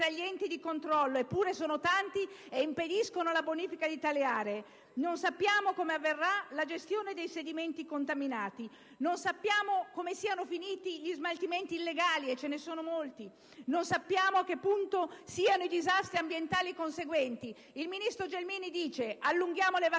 gli enti di controllo, che sono tanti e impediscono la bonifica di tali aree. Non sappiamo come avverrà la gestione dei sedimenti contaminati. Non sappiamo dove siano finiti gli smaltimenti illegali. E ce ne sono molti. Non sappiamo a che punto siano i disastri ambientali conseguenti. Il ministro Gelmini è favorevole ad allungare le vacanze,